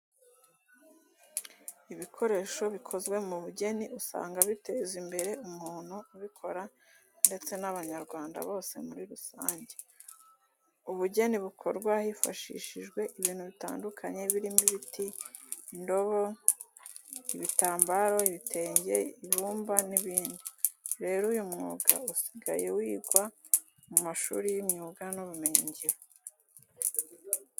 Ibikoresho bikozwe mu bugeni usanga biteza imbere umuntu ubikora ndetse n'Abanyarwanda bose muri rusange. Ubugeni bukorwa hifashishijwe ibintu bitandukanye birimo ibiti, indobo, ibitambaro, ibitenge, ibumba n'ibindi. Rero uyu mwuga usigaye wigwa mu mashuri y'imyuga n'ubumenyingiro.